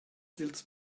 dils